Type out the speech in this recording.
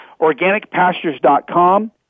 Organicpastures.com